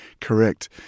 correct